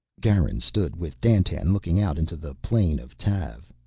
garin stood with dandtan looking out into the plain of tav.